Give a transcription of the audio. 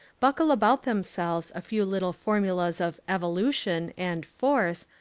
buckle about them selves a few little formulas of evolution and force,